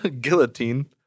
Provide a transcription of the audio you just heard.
Guillotine